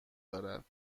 دارد